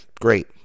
Great